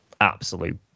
absolute